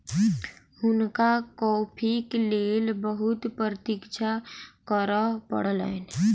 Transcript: हुनका कॉफ़ीक लेल बहुत प्रतीक्षा करअ पड़लैन